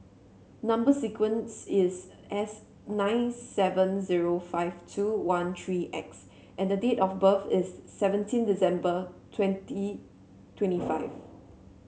number sequence is S nine seven zero five two one three X and date of birth is seventeen December twenty twenty five